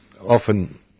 Often